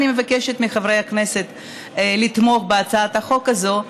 אני מבקשת מחברי הכנסת לתמוך בהצעת החוק הזאת.